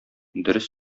дөрес